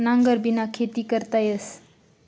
नांगरबिना खेती करता येस